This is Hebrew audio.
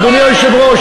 אדוני היושב-ראש,